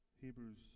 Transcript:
Hebrews